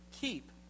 Keep